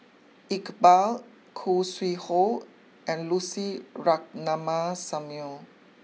Iqbal Khoo Sui Hoe and Lucy Ratnammah Samuel